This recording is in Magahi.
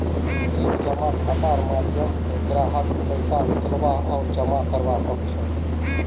एक जमा खातार माध्यम स ग्राहक पैसा निकलवा आर जमा करवा सख छ